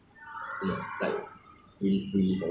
uh I think in singapore something that should be free